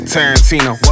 Tarantino